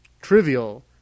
trivial